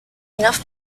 enough